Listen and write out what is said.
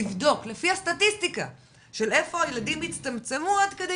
לבדוק לפי הסטטיסטיקה של איפה הילדים הצטמצמו עד כדי